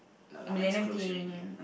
no lah mine's close already ah